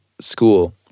school